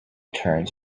turns